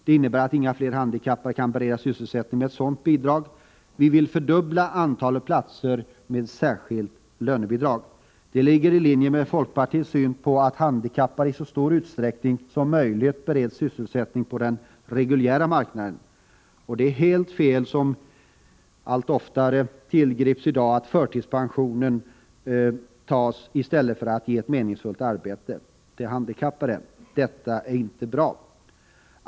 Det innebär att inga fler handikappade kan beredas sysselsättning med sådant bidrag. Vi vill fördubbla antalet platser med särskilt lönebidrag. Det ligger i linje med folkpartiets syn att handikappade i så stor utsträckning som möjligt bör beredas sysselsättning på den reguljära arbetsmarknaden. Det är helt fel att, som allt oftare sker, tillgripa förtidspensionering i stället för att ge de handikappade ett meningsfullt arbete. Detta är alltså inte bra.